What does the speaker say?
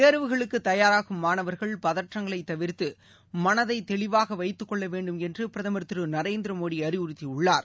தேர்வுகளுக்கு தயாராகும் மானவர்கள் பதற்றங்களை தவிர்த்து மனதை தெளிவாக வைத்துக்கொள்ள வேண்டும் என்று பிரதமர் திரு நரேந்திர மோடி அறிவுறுத்தியுள்ளார்